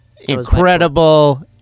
incredible